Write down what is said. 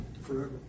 forever